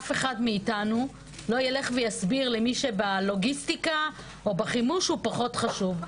אף אחד מאתנו לא ילך ויסביר למי שבלוגיסטיקה או בחימוש שהוא פחות חשוב.